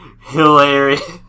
hilarious